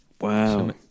Wow